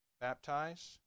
baptize